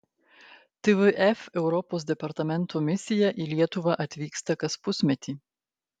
tvf europos departamento misija į lietuvą atvyksta kas pusmetį